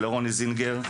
ולרוני זינגר,